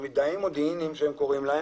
מידעי מודיעינים כפי שהם קוראים להם,